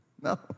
no